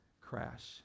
crash